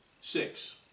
Six